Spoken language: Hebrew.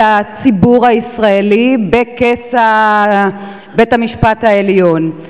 הציבור הישראלי בכס בית-המשפט העליון.